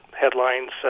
headlines